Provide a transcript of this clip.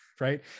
Right